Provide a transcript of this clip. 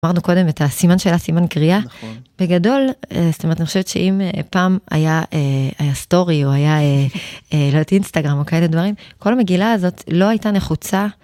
אמרנו קודם את הסימן שאלה, סימן קריאה, בגדול, זאת אומרת, אני חושבת שאם פעם היה סטורי או היה, לא יודעת, אינסטגרם או כאלה דברים, כל המגילה הזאת לא הייתה נחוצה.